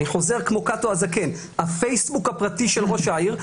ואני חוזר כמו קאטו הזקן: הפייסבוק הפרטי של ראש העיר,